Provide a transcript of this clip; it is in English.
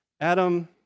Adam